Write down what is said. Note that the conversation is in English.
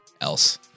else